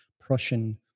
Prussian